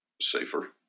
safer